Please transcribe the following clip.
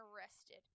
arrested